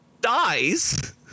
dies